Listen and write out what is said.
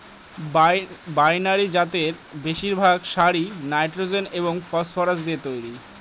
binary জাতের বেশিরভাগ সারই নাইট্রোজেন এবং ফসফরাস দিয়ে তৈরি